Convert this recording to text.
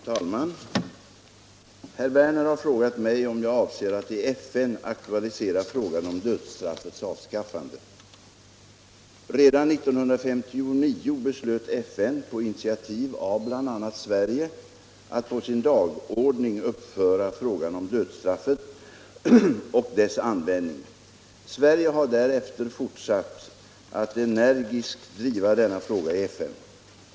Fru talman! Herr Werner i Malmö har frågat mig om jag avser att i FN aktualisera frågan om dödsstraffets avskaffande. Redan 1959 beslöt FN på initiativ av bl.a. Sverige att på sin dagordning uppföra frågan om dödsstraffet och dess användning. Sverige har därefter fortsatt att energiskt driva denna fråga i FN.